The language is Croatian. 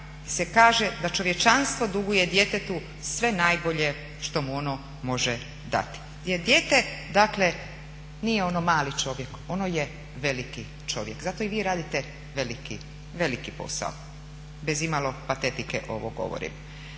se kaže da "Čovječanstvo duguje djetetu sve najbolje što mu ono može dati" jer dijete nije ono mali čovjek ono je veliki čovjek. Zato i vi radite veliki posao. Bez imalo patetike ovo govorim.